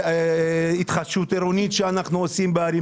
התחדשות עירונית שאנחנו עושים בערים